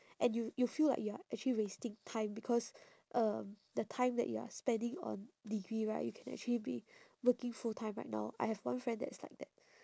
and you you feel like you're actually wasting time because um the time that you are spending on degree right you can actually be working full time right now I have one friend that is like that